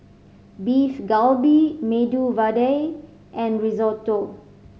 Beef Galbi Medu Vada and Risotto